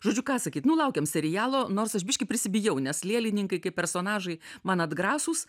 žodžiu ką sakyt nu laukiam serialo nors aš biškį prisibijau nes lėlininkai kaip personažai man atgrasūs